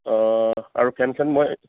অঁ আৰু ফেন চেন মই